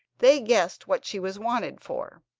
they guessed what she was wanted for.